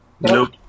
Nope